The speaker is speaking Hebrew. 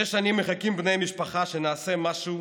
שש שנים מחכים בני משפחה שנעשה משהו